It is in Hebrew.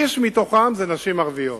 שליש הוא נשים ערביות,